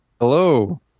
Hello